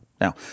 Now